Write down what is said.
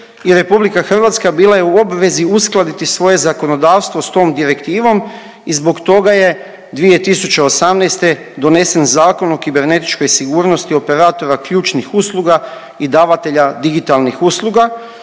i RH bila je u obvezi uskladiti svoje zakonodavstvo s tom direktom i zbog toga je 2018. donesen Zakon o kibernetičkoj sigurnosti operatora ključnih usluga i davatelja digitalnih usluga,